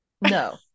No